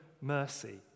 mercy